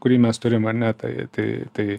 kurį mes turim ar ne tai tai tai